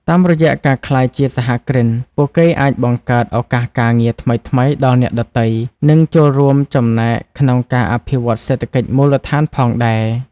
តាមរយៈការក្លាយជាសហគ្រិន ពួកគេអាចបង្កើតឱកាសការងារថ្មីៗដល់អ្នកដទៃ និងចូលរួមចំណែកក្នុងការអភិវឌ្ឍសេដ្ឋកិច្ចមូលដ្ឋានផងដែរ។